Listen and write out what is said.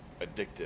addictive